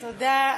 תודה.